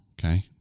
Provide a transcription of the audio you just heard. Okay